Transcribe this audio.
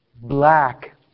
black